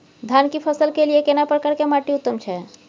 धान की फसल के लिये केना प्रकार के माटी उत्तम छै?